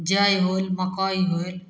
जइ होल मक्कइ होल